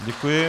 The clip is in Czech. Děkuji.